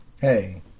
Hey